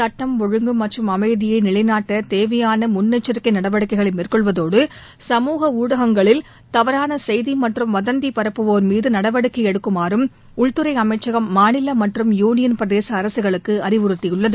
சுட்டம் ஒழுங்கு மற்றும் அமைதியை நிலைநாட்டத் தேவையான முன்னெச்சரிக்கை நடவடிக்கைகளை மேற்கொள்வதோடு சமூக ஊடகங்களில் தவறான செய்தி மற்றும் வதந்தி பரப்புவோர் மீது நடவடிக்கை எடுக்குமாறும் உள்துறை அமைச்சகம் மாநில மற்றும் யூனியன் பிரதேச அரசுகளுக்கு அறிவுறுத்தியுள்ளது